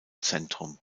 zentrum